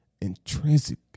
intrinsic